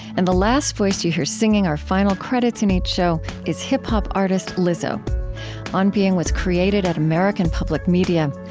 and the last voice that you hear singing our final credits in each show is hip-hop artist lizzo on being was created at american public media.